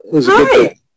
Hi